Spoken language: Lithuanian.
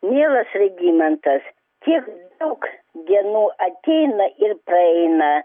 mielas regimantas tiek daug dienų ateina ir praeina